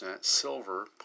silver